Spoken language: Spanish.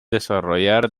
desarrollar